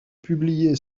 publiée